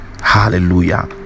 Hallelujah